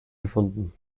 gefunden